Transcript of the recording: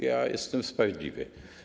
Ja jestem sprawiedliwy.